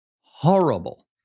horrible